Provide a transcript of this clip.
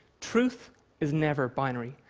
truth is never binary.